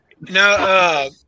No